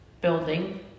building